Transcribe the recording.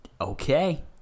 Okay